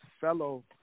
fellow